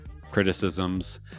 criticisms